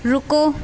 ਰੁਕੋ